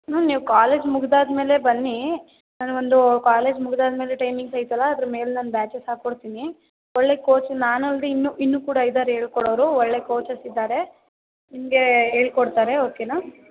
ಹ್ಞೂ ನೀವು ಕಾಲೇಜ್ ಮುಗಿದಾದ್ಮೇಲೆ ಬನ್ನಿ ನಾನು ಒಂದು ಕಾಲೇಜ್ ಮುಗಿದಾದ್ಮೇಲೆ ಟೈಮಿಂಗ್ಸ್ ಐತಲ್ಲಾ ಅದ್ರ ಮೇಲೆ ನಾನು ಬ್ಯಾಚಸ್ ಹಾಕೊಡ್ತೀನಿ ಒಳ್ಳೆಯ ಕೋಚ್ ನಾನು ಅಲ್ಲದೇ ಇನ್ನು ಇನ್ನು ಕೂಡ ಇದ್ದಾರೆ ಹೇಳ್ ಕೊಡೋರು ಒಳ್ಳೆಯ ಕೋಚಸ್ ಇದ್ದಾರೆ ನಿಮಗೆ ಹೇಳಿ ಕೊಡ್ತಾರೆ ಓಕೆನಾ